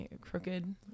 Crooked